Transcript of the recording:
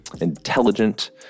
intelligent